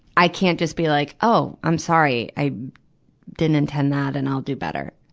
i can't just be like, oh, i'm sorry. i didn't intend that and i'll do better,